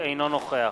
אינו נוכח